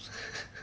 ha